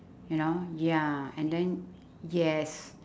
you know ya and then yes